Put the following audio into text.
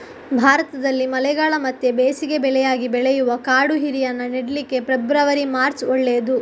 ಭಾರತದಲ್ಲಿ ಮಳೆಗಾಲ ಮತ್ತೆ ಬೇಸಿಗೆ ಬೆಳೆಯಾಗಿ ಬೆಳೆಯುವ ಕಾಡು ಹೀರೆಯನ್ನ ನೆಡ್ಲಿಕ್ಕೆ ಫೆಬ್ರವರಿ, ಮಾರ್ಚ್ ಒಳ್ಳೇದು